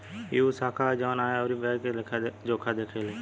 ई उ शाखा ह जवन आय अउरी व्यय के लेखा जोखा देखेला